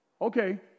Okay